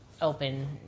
open